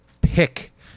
pick